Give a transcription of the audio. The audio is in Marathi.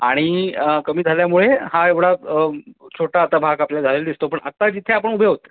आणि कमी झाल्यामुळे हा एवढा छोटा आता भाग आपल्याला झालेला दिसतो पण आत्ता जिथे आपण उभे आहोत